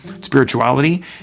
Spirituality